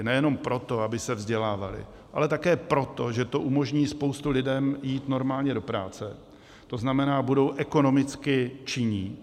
Nejenom proto, aby se vzdělávaly, ale také proto, že to umožní spoustě lidem jít normálně do práce, to znamená, budou ekonomicky činní.